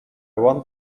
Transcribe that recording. want